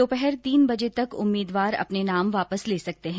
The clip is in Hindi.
दोपहर तीन बजे तक उम्मीदवार अपने नाम वापिस ले सकते है